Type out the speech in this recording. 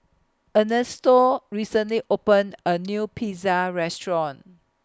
Ernesto recently opened A New Pizza Restaurant